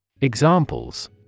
Examples